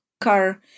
car